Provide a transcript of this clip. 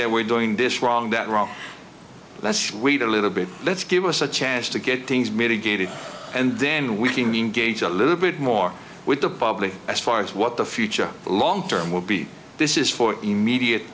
that we're doing this wrong that wrong let's wait a little bit let's give us a chance to get things mitigated and then we can engage a little bit more with the public as far as what the future long term will be this is for immediate